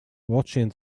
watching